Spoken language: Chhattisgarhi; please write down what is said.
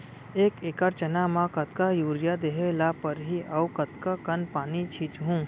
एक एकड़ चना म कतका यूरिया देहे ल परहि अऊ कतका कन पानी छींचहुं?